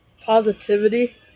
positivity